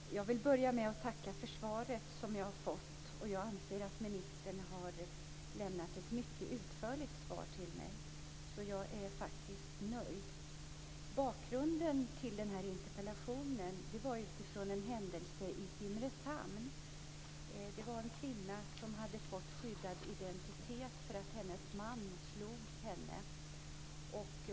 Fru talman! Jag vill börja med att tacka för det svar som jag har fått. Jag anser att ministern har lämnat ett mycket utförligt svar till mig, så jag är faktiskt nöjd. Bakgrunden till den här interpellationen är en händelse i Simrishamn. En kvinna hade fått skyddad identitet, eftersom hennes man slog henne.